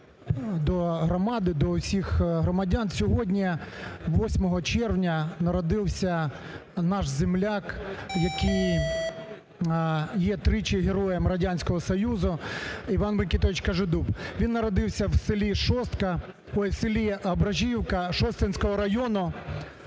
до громади, до всіх громадян, сьогодні 8 червня народився наш земляк, який є тричі Героєм Радянського союзу, Іван Микитович Кожедуб, він народився в селі Ображівка Шосткінського району